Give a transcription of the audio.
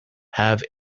have